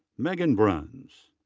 meghan bruns.